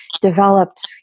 developed